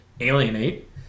alienate